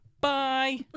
bye